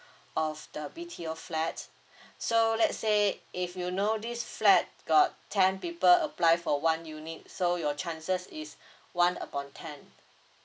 of the B_T_O flat so let's say if you know this flat got ten people apply for one unit so your chances is one upon ten